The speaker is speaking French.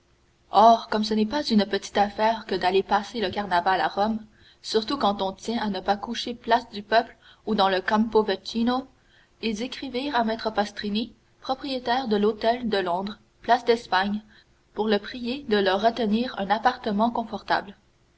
or comme ce n'est pas une petite affaire que d'aller passer le carnaval à rome surtout quand on tient à ne pas coucher place du peuple ou dans le campo vaccino ils écrivirent à maître pastrini propriétaire de l'hôtel de londres place d'espagne pour le prier de leur retenir un appartement confortable